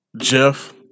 Jeff